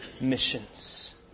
missions